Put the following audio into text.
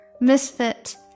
misfit